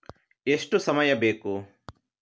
ಎಷ್ಟು ಸಮಯ ಬೇಕು?